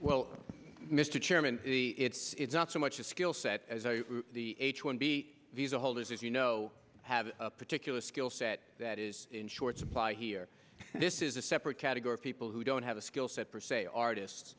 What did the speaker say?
well mr chairman it's not so much a skill set as the one b visa holders as you know have a particular skill set that is in short supply here this is a separate category people who don't have a skill set for say artists